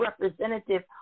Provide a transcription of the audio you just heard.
representative